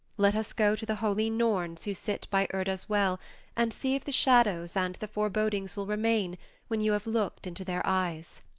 let us go to the holy norns who sit by urda's well and see if the shadows and the forebodings will remain when you have looked into their eyes.